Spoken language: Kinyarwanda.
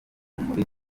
muri